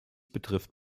betrifft